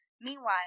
Meanwhile